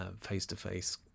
face-to-face